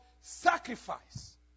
sacrifice